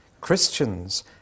Christians